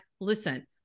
listen